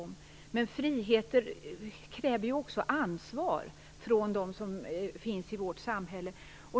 Men friheten kräver också ansvar.